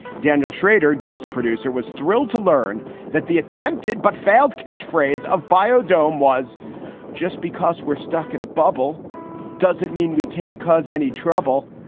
daniel schrader, just producer, was thrilled to learn that the attempted but failed catch phrase of biodome was just because we're stuck in a bubble doesn't mean we can't cause any trouble.